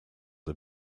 are